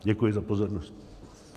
Děkuji za pozornost.